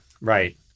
right